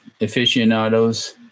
aficionados